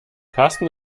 karsten